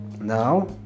now